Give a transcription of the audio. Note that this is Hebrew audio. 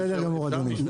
בסדר גמור, אדוני.